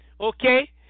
okay